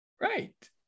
right